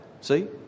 See